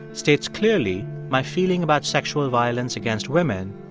states clearly my feeling about sexual violence against women,